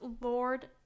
lord